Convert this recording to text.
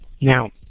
Now